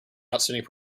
outstanding